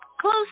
close